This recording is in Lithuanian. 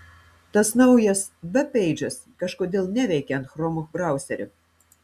tas naujas vebpeidžas kažkodėl neveikia ant chromo brausesio